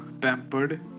pampered